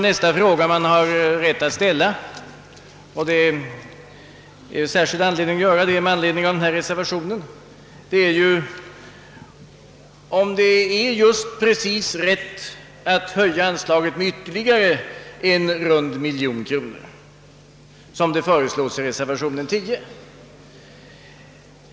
Nästa fråga man har rätt att ställa — och det är särskilda skäl att göra det med anledning av argumenteringen här för reservationen — är om det är motiverat att höja anslaget med just precis en rund miljon kronor, som det föreslås i reservationen 10.